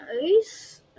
Nice